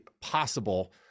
possible